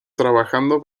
trabajando